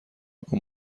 اون